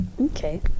Okay